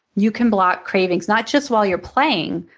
you can block cravings, not just while you're playing,